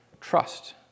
trust